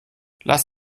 lass